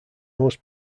most